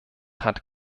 hat